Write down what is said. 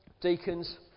deacons